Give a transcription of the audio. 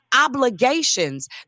obligations